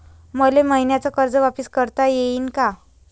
मले मईन्याचं कर्ज वापिस करता येईन का?